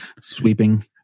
sweeping